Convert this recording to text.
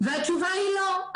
והתשובה היא לא.